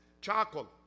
charcoal